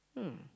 hmm